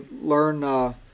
learn